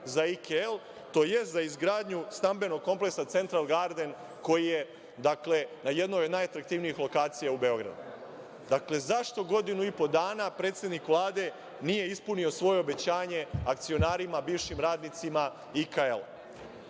za IKL, tj. za izgradnju stambenog kompleksa „Central garden“ koji je na jednoj od najatraktivnijih lokacija u Beogradu? Zašto godinu i po dana predsednik Vlade nije ispunio svoje obećanje akcionarima, bivšim radnicima IKL-a? Drugo